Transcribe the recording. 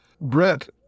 Brett